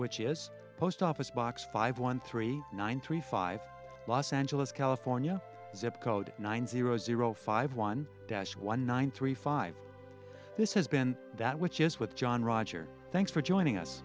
which is post office box five one three nine three five los angeles california zip code nine zero zero five one dash one nine three five this has been that which is with john roger thanks for joining us